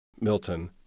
Milton